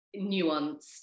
nuanced